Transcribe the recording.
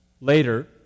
Later